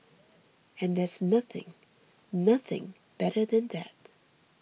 and there's nothing nothing better than that